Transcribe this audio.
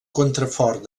contrafort